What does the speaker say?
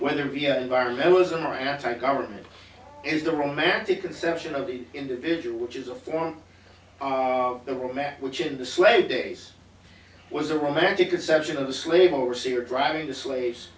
whether via environmentalism or anti government is the romantic conception of the individual which is a form of the map which in the slave days was a romantic conception of the slave overseer driving the slaves